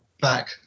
back